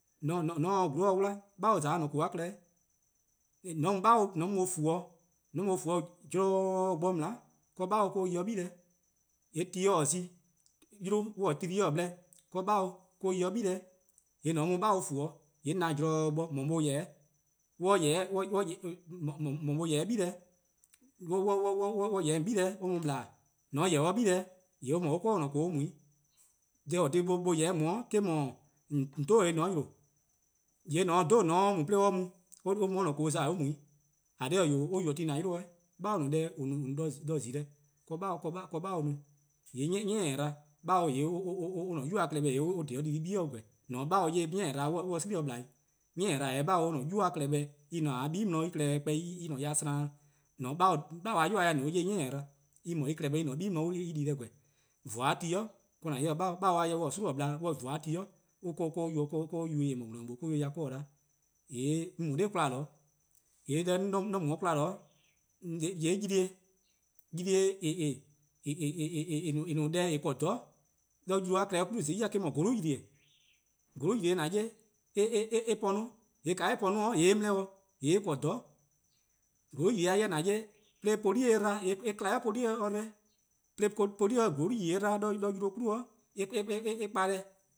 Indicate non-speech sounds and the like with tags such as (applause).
(hesitation) :mor :on se :gwluhuh-dih wla 'babor :za 'de :an-a :koo:-a klehkpeh 'wah, 'babor :mor an mu or :fuo, :mor :an mu :fuo zorn bo :mlai' 'de 'babor-a yi 'de 'gle, :yee' :mor ti :taa zi :mor 'yluh :taa three no 'de 'babor-a yi 'de 'gle, :yee' :mor :an mu 'babor :fuo :yee' :na zorn bo (hesitation) :mor or 'ye 'de 'gle :yeh-dih (hesitation) (hesitation) :mor or :yeh-dih 'de :on 'gle or mu :ple, :mor :yeh-dih-or 'de 'gle :yee' or 'kor-dih :an-a' :koo: or mu-'. Deh :eh :korn-a dih or :yeh-dih-a 'de on eh-: 'dhu :on 'dhobo-' :dhih 'o, ;jorwor: :mor :on se 'dhobo: :on 'ye mu 'de or 'ye 'de mu, or :za :an-a' :koo: :yee' or mu-', :eh :korn dhih :eh 'wee' or 'yubo ti :an yi-dih 'de 'gle 'weh. (hesitation) deh :eh no-a de-zi deh eh-: (hesitation) 'borbor-a no. :yee' :mor (hesitation) 'ni :taa dba, 'babor :yee' (hesitation) or-a'a: 'nynuu-a klehkpeh or :dhe-dih dii-deh+ 'de 'bie' 'di 'weh, :on :se-' 'babor 'ye 'i 'ni taa dba or :se-' :gwie' bo :ple 'i, :mor 'ni :taa dba 'babor-: or-a' 'nynuu-a klehkpeh en :ne 'de 'die' 'di en klehkpeh en :ne ya-dih slaan, :on se (hesitation) 'babor-a 'yu-a 'jeh 'ye 'i :mor 'ni :taa dba, en mu en klehkpeh en :ne 'de 'die' 'di en di deh. :voor-a ti 'i 'de :an 'ye 'babor, 'babor-a 'jeh :mor or :taa :gwie' ple :voor-a ti (hesitation) 'de or yubo-eh eh mor :gwlor-nyor-buo: :or-: 'yi-or ya 'koan-dih 'da. :yee' 'on mu 'de 'kwla zorn :yee' (hesitation) deh 'on mu-a 'de 'kwla, :yee' (hesitation) :ylee: (hesitation) :eh no-a deh :eh :korn-a 'toror' 'de :ylee:+-a klehkpeh 'nyene bo :zai' eh-: 'dhu :bolu'-ylee-'. :bolu'-ylee: :an 'ye-a (hesitation) eh po 'no, :ka eh po-a 'no :yee' eh neneh-dih, :yee' eh :korn 'toror'.:bolu'-ylee-a 'jeh :mor poli' 'ye-a 'dba eh kma 'i 'de poli' 'ye-eh-a 'dba, :mor (hesitation) poli' ye :bolu'-ylee 'dba 'de :ylee:+ 'nyene bo (hesitation) eh kpa deh